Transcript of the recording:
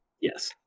yes